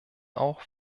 auch